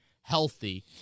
healthy